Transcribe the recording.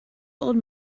old